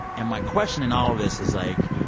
and my question in all of this is, like,